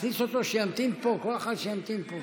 להכניס אותו שימתין פה, כל אחד, שימתין פה.